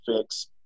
fix